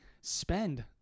spend